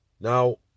Now